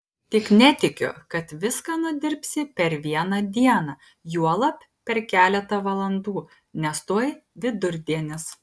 tik netikiu kad viską nudirbsi per vieną dieną juolab per keletą valandų nes tuoj vidurdienis